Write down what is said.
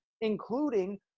including